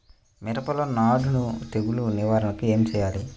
మిరపలో నానుడి తెగులు నివారణకు ఏమి చేయాలి?